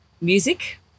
music